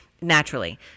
naturally